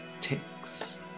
ticks